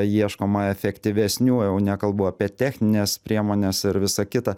ieškoma efektyvesnių jau nekalbu apie technines priemones ir visa kita